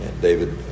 David